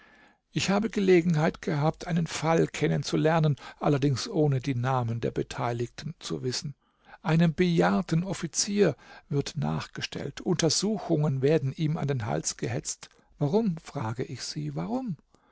ich habe gelegenheit gehabt einen fall kennenzulernen allerdings ohne die namen der beteiligten zu wissen einem bejahrten offizier wird nachgestellt untersuchungen werden ihm an den hals gehetzt warum frage ich sie warum